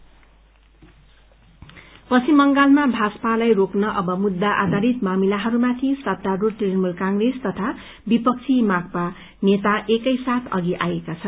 NRC lead पश्चिम बंगालमा भाजपालाई रोक्न अब मुद्दा आधारित मामिलाहरूमाथि सत्तारूढ़ तृणमूल कंग्रेस तथा विपक्षी माकपा नेता एकै साथ अघि आइरहेका छन्